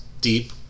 deep